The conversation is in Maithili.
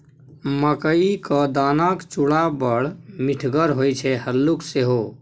मकई क दानाक चूड़ा बड़ मिठगर होए छै हल्लुक सेहो